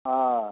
हँ